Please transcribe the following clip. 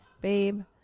Babe